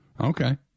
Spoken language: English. Okay